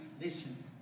Listen